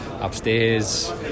upstairs